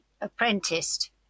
apprenticed